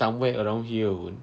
somewhere around here pun